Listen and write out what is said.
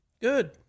Good